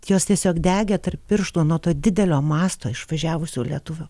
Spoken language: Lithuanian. jos tiesiog degė tarp pirštų nuo to didelio masto išvažiavusių lietuvių